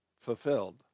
fulfilled